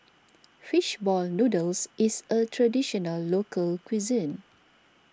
Fish Ball Noodles is a Traditional Local Cuisine